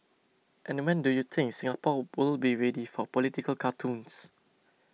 and when do you think Singapore will be ready for political cartoons